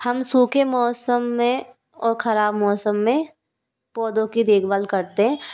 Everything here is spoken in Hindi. हम सूखे मौसम में और ख़राब मौसम में पौधों की देखभाल करते हें